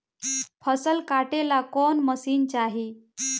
फसल काटेला कौन मशीन चाही?